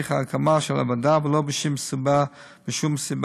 בהליך ההקמה של הוועדה ולא בשום סיבה אחרת.